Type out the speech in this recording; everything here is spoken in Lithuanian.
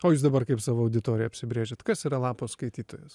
o jūs dabar kaip savo auditoriją apsibrėžiat kas yra lapo skaitytojas